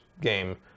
game